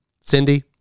Cindy